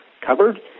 covered